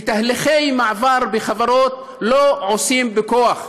ותהליכי מעבר בחברות לא עושים בכוח.